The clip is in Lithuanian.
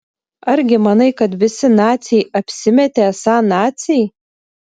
argi manai kad visi naciai apsimetė esą naciai